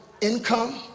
income